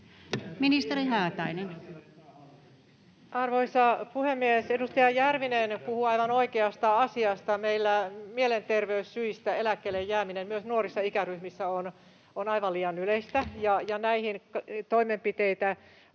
Ministeri Haatainen. Arvoisa puhemies! Edustaja Järvinen puhuu aivan oikeasta asiasta. Meillä mielenterveyssyistä eläkkeelle jääminen myös nuorissa ikäryhmissä on aivan liian yleistä, ja näihin hallitus